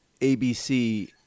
ABC